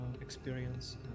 experience